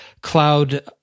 cloud